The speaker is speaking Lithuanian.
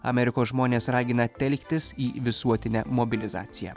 amerikos žmones ragina telktis į visuotinę mobilizaciją